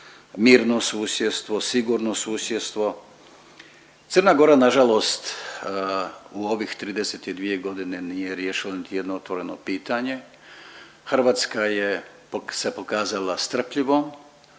mirno susjedstvo, sigurno susjedstvo. Crna Gora nažalost u ovih 32 godine nije riješila niti jedno otvoreno pitanje. Hrvatska je se pokazala strpljivom,